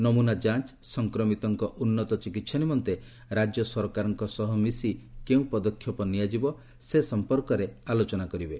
ନମୁନା ଯାଞ୍ଚ ସଂକ୍ରମିତଙ୍କ ଉନ୍ନତ ଚିକିତ୍ସା ନିମନ୍ତେ ରାଜ୍ୟ ସରକାରଙ୍କ ସହ ମିଶି କେଉଁ ପଦକ୍ଷେପ ନିଆଯିବ ସେ ସମ୍ପର୍କରେ ଆଲୋଚନା କରିବେ